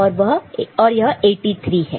और यह 16 है